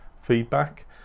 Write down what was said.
feedback